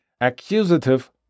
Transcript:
accusative